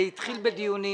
התחיל בדיונים